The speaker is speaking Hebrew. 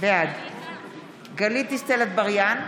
בעד גלית דיסטל אטבריאן,